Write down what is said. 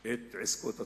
את עסקות הטיעון.